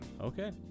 Okay